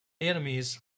enemies